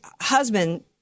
husband